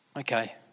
okay